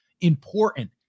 important